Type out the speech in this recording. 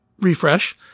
refresh